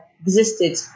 existed